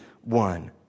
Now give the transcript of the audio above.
one